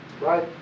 right